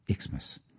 Xmas